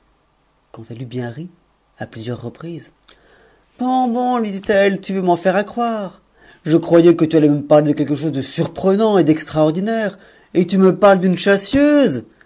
quand eiteon bien ri à plusieurs reprises bon bon lui dit-elle tu veux men faire accroire je croyais que tu allais me parler de quelque chose de surprenant et d'extraordinaire et tu me parles d'une